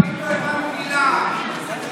לא הבנו מילה.